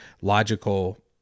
logical